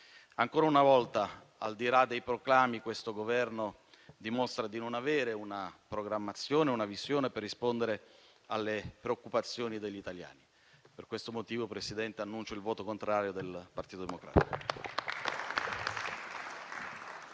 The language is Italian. Ancora una volta, al di là dei proclami, questo Governo dimostra di non avere una programmazione o una visione per rispondere alle preoccupazioni degli italiani. Per questo motivo, Presidente, annuncio il voto contrario del Partito Democratico.